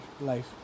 life